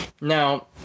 Now